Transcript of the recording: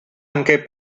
anche